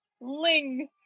ling